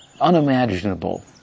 Unimaginable